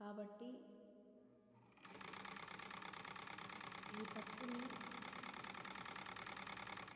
కాబట్టి ఈ తప్పుని